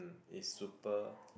is super